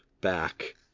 back